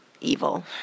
evil